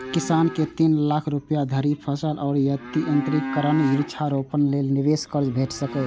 किसान कें तीन लाख रुपया धरि फसल आ यंत्रीकरण, वृक्षारोपण लेल निवेश कर्ज भेट सकैए